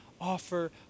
offer